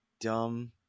dumb